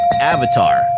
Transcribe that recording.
Avatar